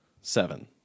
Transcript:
seven